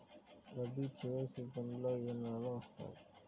రబీ చివరి సీజన్లో ఏ నెలలు వస్తాయి?